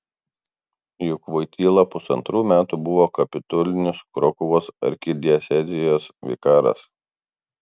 juk voityla pusantrų metų buvo kapitulinis krokuvos arkidiecezijos vikaras